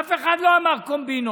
אף אחד לא אמר קומבינות.